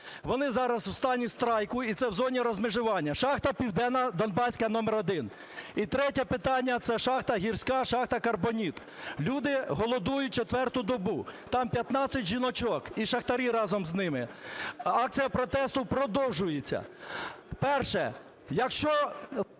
Вони зараз в стані страйку. І це в зоні розмежування. Шахта "Південнодонбаська № 1". І третє питання. Це шахта "Гірська", шахта "Карбоніт". Люди голодують четверту добу. Там 15 жіночок і шахтарі разом з ними. Акція протесту продовжується. Перше. Якщо…